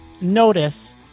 notice